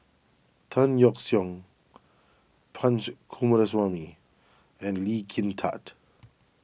Tan Yeok Seong Punch Coomaraswamy and Lee Kin Tat